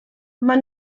maen